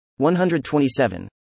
127